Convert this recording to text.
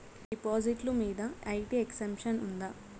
డిపాజిట్లు మీద IT exemption ఉందా?